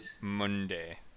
Monday